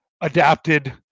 adapted